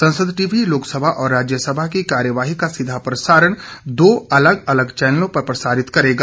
संसद टीवी लोकसभा और राज्यसभा की कार्यवाही का सीधा प्रसारण दो अलग अलग चैनलों पर प्रसारित करेगा